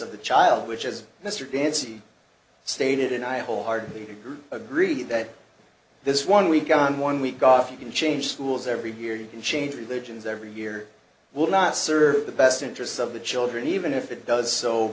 of the child which as mr gansey stated and i wholeheartedly agree that this one week on one week got if you can change schools every year you can change religions every year will not serve the best interests of the children even if it does so